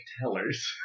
tellers